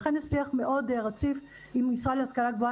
לכן יש שיח מאוד רציף עם משרד להשכלה גבוהה